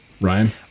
Ryan